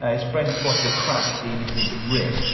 ah his friend spotted a crack in his rim.